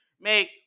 make